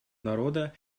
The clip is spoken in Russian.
народа